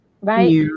right